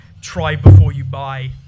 try-before-you-buy